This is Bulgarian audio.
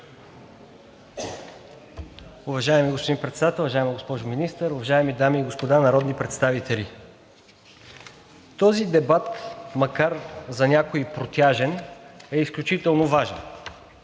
Уважаеми господин Председател, уважаема госпожо Министър, уважаеми дами и господа народни представители! Този дебат, макар за някои да е протяжен, е изключително важен.